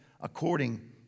according